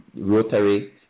rotary